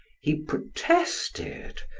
he protested,